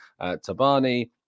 Tabani